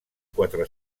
quatre